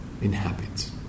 inhabits